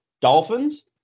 Dolphins